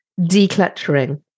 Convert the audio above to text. decluttering